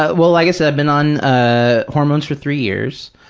ah well, like i said, i've been on ah hormones for three years,